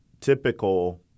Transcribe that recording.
typical